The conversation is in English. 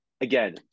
again